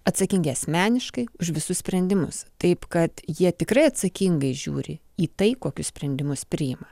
atsakingi asmeniškai už visus sprendimus taip kad jie tikrai atsakingai žiūri į tai kokius sprendimus priima